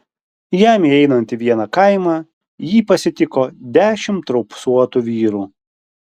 jam įeinant į vieną kaimą jį pasitiko dešimt raupsuotų vyrų